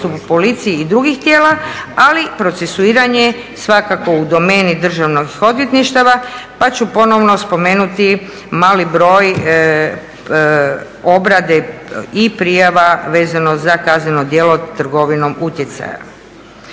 policiji i drugih tijela, ali procesuiranje svakako u domeni državnih odvjetništava pa ću ponovno spomenuti mali broj obrade i prijava vezano za kazneno djelo trgovinom utjecaja.